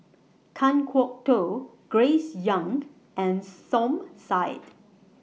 Kan Kwok Toh Grace Young and Som Said